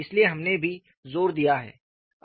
इसलिए हमने भी जोर दिया है